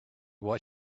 what